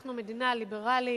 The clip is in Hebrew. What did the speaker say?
אנחנו מדינה ליברלית,